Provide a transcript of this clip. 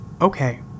Okay